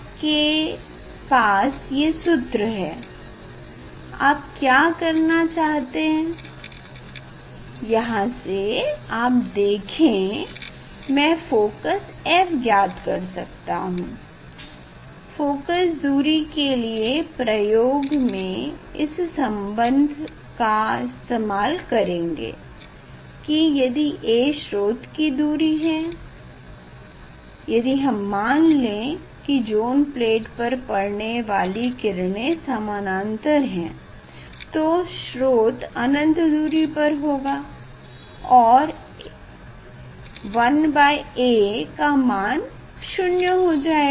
अब आपके बास ये सूत्र है आप क्या करना चाहते हैं यहाँ से आप देखें मैं फोकस f ज्ञात कर सकता हूँ फोकस दूरी के लिए प्रयोग में इस संबंध का इस्तेमाल करेंगे की यदि a स्रोत की दूरी है यदि हम मान लें की ज़ोन प्लेट पर पड़ने वाली किरणें सामानांतर है तो स्रोत अनंत दूरी पर होगा और 1a का मान शून्य हो जाएगा